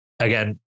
Again